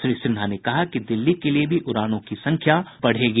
श्री सिन्हा ने कहा कि दिल्ली के लिए भी उड़ानों की संख्या बढ़ेगी